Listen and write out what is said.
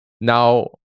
Now